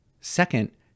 Second